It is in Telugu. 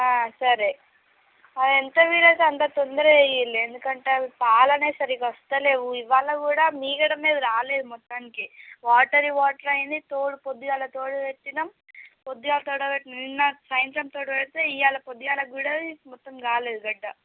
సరే ఎంత వీలు అయితే అంత తొందరగా ఇవ్వండి ఎందుకంటే అవి పాలు అనె సరిగ్గా వస్తలేవు ఇవాళ కూడా మీగడ మీద రాలేదు మొత్తానికి వాటర్ వాటర్ అయింది తోడు పొద్దున్న తోడు పెట్టాము పొద్దున్న తొడ నిన్న సాయంత్రం తోడు పెడితే ఇవ్వాళ పొద్దున్నకి కూడా మొత్తం కాలేదు గడ్డ